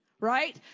right